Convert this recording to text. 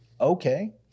Okay